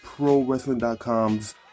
prowrestling.com's